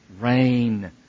Rain